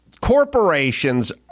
corporations